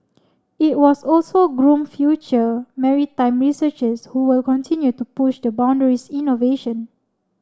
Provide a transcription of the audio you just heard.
it was also groom future maritime researchers who will continue to push the boundaries innovation